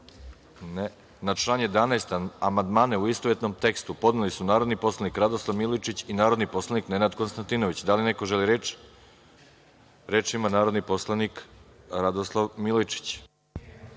(Ne)Na lan 11. amandmane, u istovetnom tekstu, podneli su narodni poslanik Radoslav Milojičić i narodni poslanik Nenad Konstantinović. Da li neko želi reč? (Da)Reč ima narodni poslanik Radoslav Milojičić.